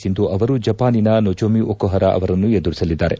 ಸಿಂಧು ಅವರು ಜಪಾನಿನ Nozomi Okuhara ಅವರನ್ನು ಎದುರಿಸಲಿದ್ದಾರೆ